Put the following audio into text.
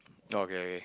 oh okay okay